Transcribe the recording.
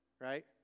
right